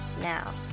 now